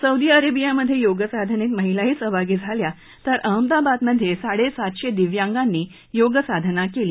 Saudi अरेबियामध्ये योग साधनेत महिलाही सहभागी झाल्या तर अहमदाबादमध्ये साडे सातशे दिव्यांगांनी योग साधना केली